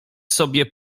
sobie